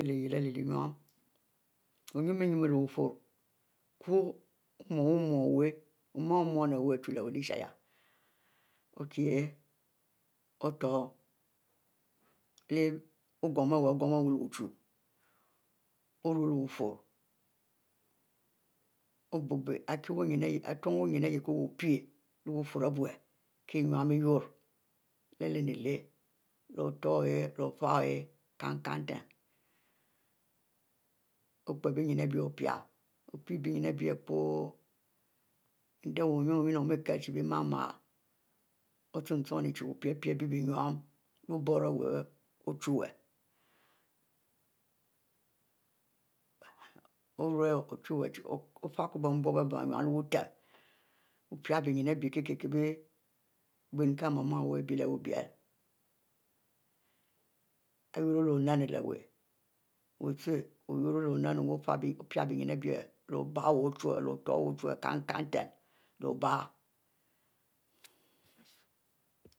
O'h nunniu leh bufurro oku wunhu o' wuhu mun kri mmuwu o chu leh ishari opie otor adeh leh ojum iwu ari gumu wu leh biefurro obubie ari kie wu ninne ari hie ko pie leh wufurro ari biue kie ininu | wuri leh lenie ihieh k'o otor ohieh leh obiaie ohieh kinn-kinn-nten opie beyin opie, omele pie ari abie, o'me endieh wu wuninne ochienin chie bie mele o'h chienin chie opie pie ari bie eninu leh oboro iwu ochuwue o'h ruieh ochuwue chie ofie kue bie nbubo ari bie binine leh butem opie bnyin ari bie kie ginkie mama leh butem iwu leh oninu leh wu, wu chie leh obai wu ochuwue opiero ochuwue kinn-kinn nten